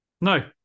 No